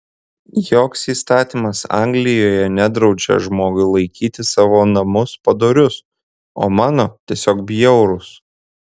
joks įstatymas anglijoje nedraudžia žmogui laikyti savo namus padorius o mano tiesiog bjaurūs